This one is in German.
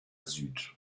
süd